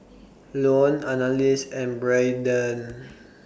Lone Annalise and Braeden